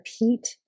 repeat